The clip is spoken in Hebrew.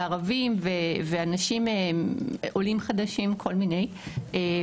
ערבים ועולים חדשים ועוד,